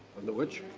on the which?